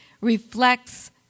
reflects